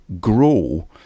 grow